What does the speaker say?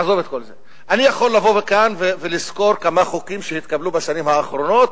אני יכול לבוא לכאן ולסקור כמה חוקים שהתקבלו בשנים האחרונות,